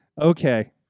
okay